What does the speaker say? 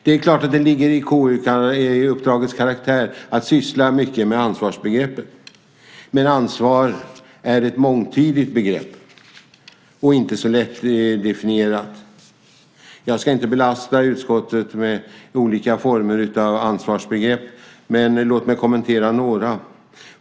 Det är klart att det ligger i KU-uppdragets karaktär att syssla mycket med ansvarsbegreppet, men ansvar är ett mångtydigt begrepp och inte så lättdefinierat. Jag ska inte belasta utskottet med olika former av ansvarsbegrepp, men låt mig kommentera några.